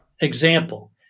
Example